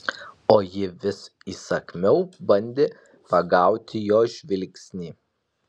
o ji vis įsakmiau bandė pagauti jo žvilgsnį